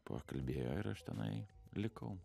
pakalbėjo ir aš tenai likau